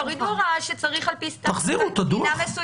תורידו הוראה שצריך על פי תקינה מסוימת.